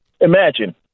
Imagine